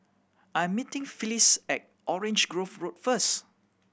I'm meeting Phyliss at Orange Grove Road first